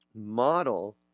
model